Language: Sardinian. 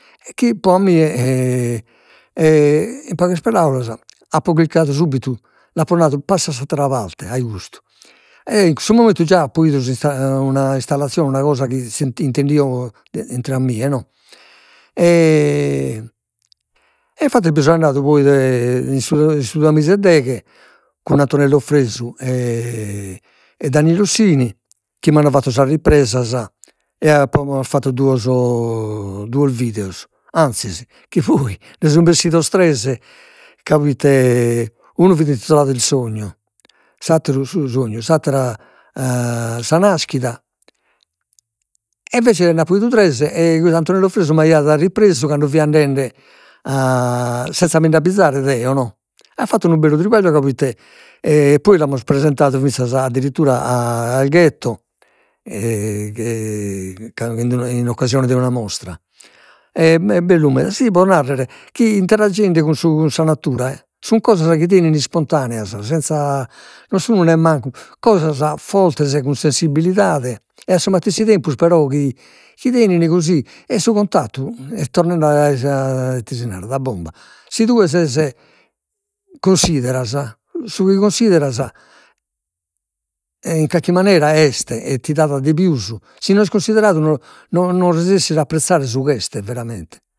Chi pro a mie in pagas paraulas apo chircadu subitu, l'apo nadu passa a s'attera parte ai custu, e in cussu momentu già apo idu una installazione una cosa chi intendio intro a mie no, e infattis bi so andadu poi de in su in su duamizaedeghe cun Antonello Fresu e Danilo Sini chi m'an fattu sas ripresas e apo fattu duos duos videos, anzis chi poi nde sun bessidos tres ca proite unu fit intituladu il sogno, s'atteru su sognu, s'attera sa naschida e invece nd'apo idu tres e Antonello Fresu m'aiat ripresu cando fia andende senza mi nde abbizare deo no, e at fattu unu bellu tripagliu, ca proite e poi l'amus presentadu, finzas addirittura a al ghetto e in d'una occasione de una mostra, e est bellu meda. Si pro narrer chi cun su cun sa natura sun cosas chi ti 'enin ispontaneas senza, non sun nemmancu cosas fortes cun sensibilidade e a su matessi tempus però, chi chi ti 'enin così, est su cuntattu torrende ite di narat, a bomba, si tue ses consideras, su chi consideras e in carchi manera est e ti dat de pius, si no est consideradu no no resessis a apprezzare su ch'est veramente